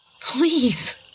Please